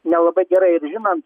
nelabai gerai ir žinant